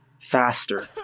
faster